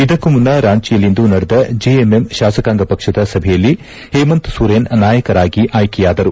ಇದಕ್ಕೂ ಮುನ್ನ ರಾಂಚಿಯಲ್ಲಿಂದು ನಡೆದ ಜೆಎಂಎಂ ಶಾಸಕಾಂಗ ಪಕ್ಷದ ಸಭೆಯಲ್ಲಿ ಹೇಮಂತ್ ಸೊರೇನ್ ನಾಯಕರಾಗಿ ಆಯ್ಕೆಯಾದರು